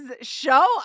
show